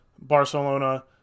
Barcelona